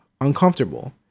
uncomfortable